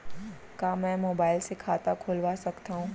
का मैं मोबाइल से खाता खोलवा सकथव?